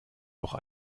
doch